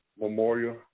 memorial